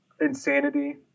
insanity